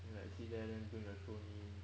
then like sit there bring your throne in